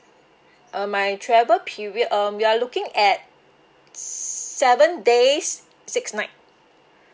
uh my travel period um we are looking at seven days six night